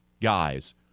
guys